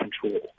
control